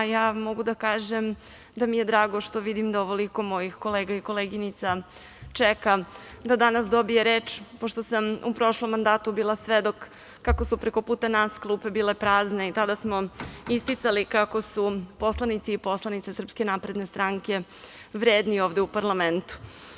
Ja mogu da kažem da mi je drago što ovoliko mojih kolega i koleginica čeka da danas dobije reč, pošto sam u prošlom mandatu bila svedok kako su prekoputa nas klupe bile prazne i tada smo isticali kako su poslanici i poslanice SNS vredni ovde u parlamentu.